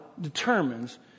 determines